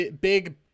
big